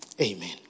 Amen